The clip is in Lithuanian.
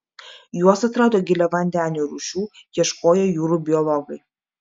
juos atrado giliavandenių rūšių ieškoję jūrų biologai